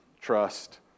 trust